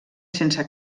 sense